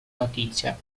notizia